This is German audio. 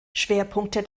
schwerpunkte